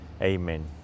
Amen